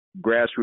grassroots